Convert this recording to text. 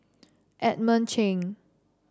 Edmund Cheng